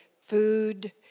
food